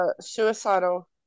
suicidal